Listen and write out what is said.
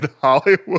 Hollywood